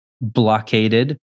blockaded